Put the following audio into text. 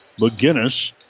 McGinnis